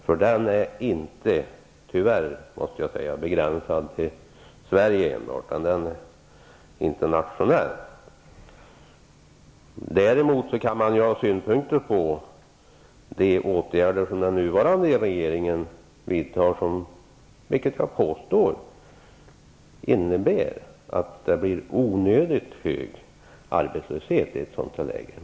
Tyvärr är den inte begränsad till Sverige, utan den är internationell. Däremot kan man ha synpunkter på de åtgärder som den nuvarande regeringen vidtar, som innebär att det blir en onödigt hög arbetslöshet.